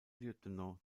lieutenant